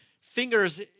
fingers